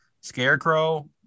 scarecrow